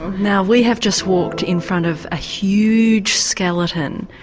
now we have just walked in front of a huge skeleton.